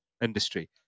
industry